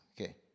Okay